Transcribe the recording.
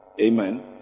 amen